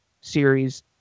series